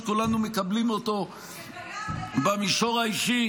שכולנו מקבלים אותו במישור האישי,